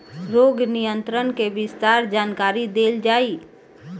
रोग नियंत्रण के विस्तार जानकरी देल जाई?